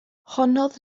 honnodd